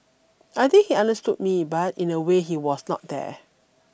I think he understood me but in a way he was not there